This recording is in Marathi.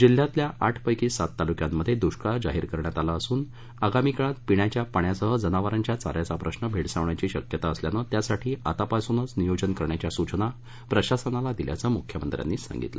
जिल्ह्यातल्या आठ पैकी सात तालुक्यात दुष्काळ जाहीर करण्यात आला असून आगामी काळात पिण्याच्या पाण्यासह जनावरांच्या चा याचा प्रश्न भेडसावण्याची शक्यता असल्यानं त्यासाठी आतापासूनच नियोजन करण्याच्या सूचना प्रशासनाला दिल्याचं मुख्यमंत्र्यांनी सांगितलं